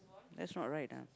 that's not right ah